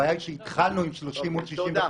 הבעיה היא שהתחלנו עם 30 או 65